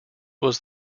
was